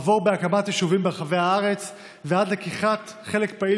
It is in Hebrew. עבור בהקמת יישובים ברחבי הארץ ועד לקיחת חלק פעיל